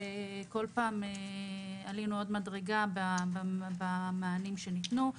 וכל פעם עלינו עוד מדרגה במענים שניתנו.